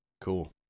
cool